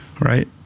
right